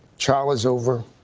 trial is over,